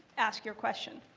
ask your question.